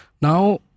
Now